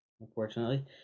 unfortunately